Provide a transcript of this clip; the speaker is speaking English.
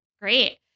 Great